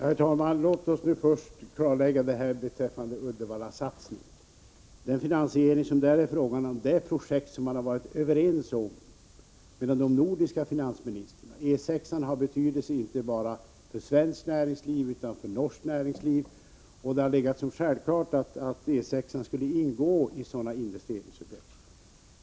Herr talman! Låt oss nu först klarlägga detta beträffande Uddevallasatsningen. Den finansiering som det där är fråga om gäller ett projekt som man har varit överens om mellan de nordiska finansministrarna. E 6 har betydelse inte bara för svenskt näringsliv utan även för norskt näringsliv. Det har betraktats som självklart att E 6 skulle ingå i sådana investeringsobjekt som det här gäller.